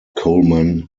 colman